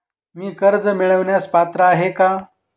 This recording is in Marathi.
मी कर्ज मिळवण्यास पात्र आहे का?